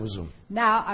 Now